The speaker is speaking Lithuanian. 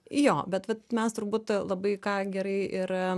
jo bet vat mes turbūt labai ką gerai ir